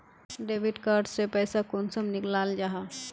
Debit card से पैसा कुंसम निकलाल जाहा?